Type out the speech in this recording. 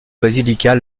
basilical